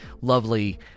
lovely